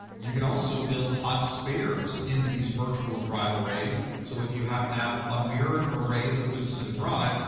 you can also build hot spares into these virtual drive arrays. so if you happen to have a mirrored array that loses a drive,